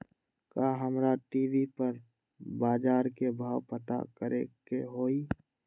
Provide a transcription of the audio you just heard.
का हमरा टी.वी पर बजार के भाव पता करे के होई?